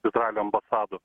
izraelio ambasadų